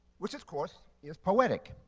which, of course, is poetic.